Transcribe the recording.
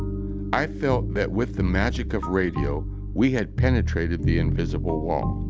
i felt that with the magic of radio we had penetrated the invisible wall.